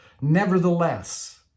Nevertheless